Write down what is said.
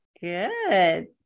Good